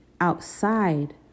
outside